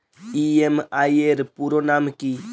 EMI এর পুরোনাম কী?